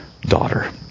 daughter